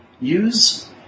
use